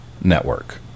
Network